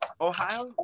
Ohio